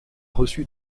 reçu